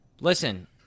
Listen